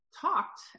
talked